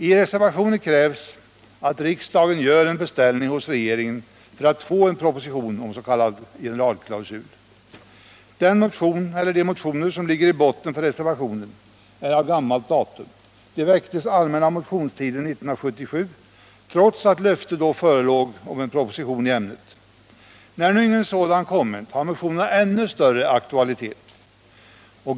I reservationen krävs att riksdagen gör en beställning hos regeringen för att få en proposition om en s.k. generalklausul. De motioner som ligger till grund för reservationen är av gammalt datum. De väcktes under allmänna motionstiden 1977 trots att löfte då förelåg om en proposition i ämnet. När nu ingen sådan kommit har motionerna ännu större aktualitet.